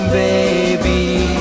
baby